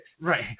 Right